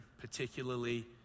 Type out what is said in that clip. particularly